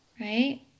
right